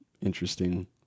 interesting